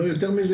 לא יותר מזה.